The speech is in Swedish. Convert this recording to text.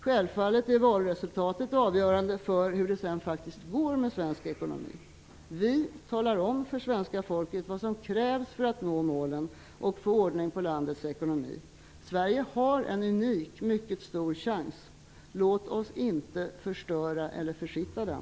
Självfallet är valresultatet avgörande för hur det sedan går för svensk ekonomi. Vi talar om för svenska folket vad som krävs för att nå målen och få ordning på landets ekonomi. Sverige har en unik och mycket stor chans. Låt oss inte förstöra eller försitta den.